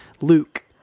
Luke